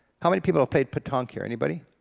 how many people have played petanque here, anybody?